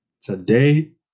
today